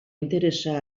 interesa